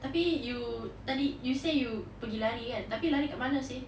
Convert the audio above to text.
tapi you tadi you say you pergi lari tapi lari kat mana seh